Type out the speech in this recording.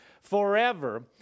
forever